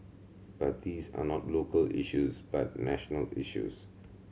but these are not local issues but national issues